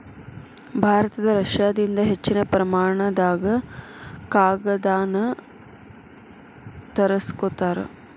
ಭಾರತ ರಷ್ಯಾದಿಂದ ಹೆಚ್ಚಿನ ಪ್ರಮಾಣದಾಗ ಕಾಗದಾನ ತರಸ್ಕೊತಾರ